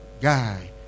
guy